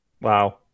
Wow